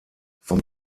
vom